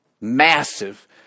Massive